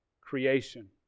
creation